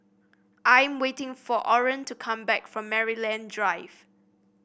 I'm waiting for Orene to come back from Maryland Drive